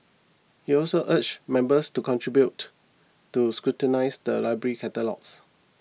he also urged members to contribute to scrutinise the library's catalogues